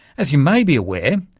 as you may be aware,